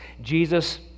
Jesus